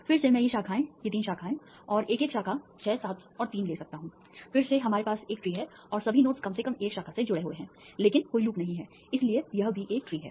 फिर से मैं ये शाखाएं ये तीन शाखाएं और एक एक शाखा 6 7 और 3 ले सकता हूं फिर से हमारे पास एक ट्री है और सभी नोड्स कम से कम एक शाखा से जुड़े हुए हैं लेकिन कोई लूप नहीं है इसलिए यह भी एक ट्री है